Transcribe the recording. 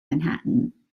manhattan